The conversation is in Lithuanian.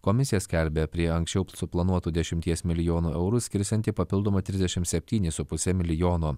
komisija skelbia prie anksčiau suplanuotų dešimties milijonų eurų skirsianti papildomai trisdešimt septynis su puse milijono